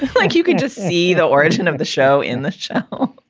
like you can just see the origin of the show in the show